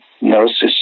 nurses